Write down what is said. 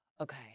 okay